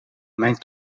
mijn